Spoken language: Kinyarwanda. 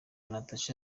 natacha